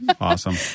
Awesome